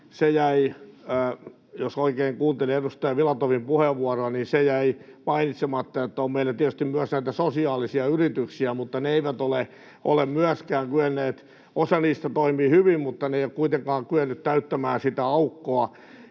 se jäi — jos oikein kuuntelin edustaja Filatovin puheenvuoroa — mainitsematta, että on meillä tietysti myös näitä sosiaalisia yrityksiä, mutta ne eivät ole myöskään kyenneet, vaikka osa niistä toimii hyvin, täyttämään sitä aukkoa.